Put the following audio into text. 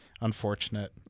unfortunate